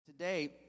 Today